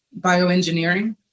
bioengineering